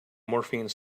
morphine